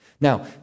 Now